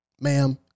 Ma'am